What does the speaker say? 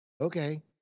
Okay